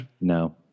No